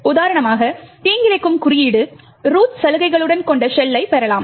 உதாரணமாக தீங்கிழைக்கும் குறியீடு ரூட் சலுகைகளைக் கொண்ட ஷெல்லைப் பெறலாம்